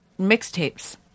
mixtapes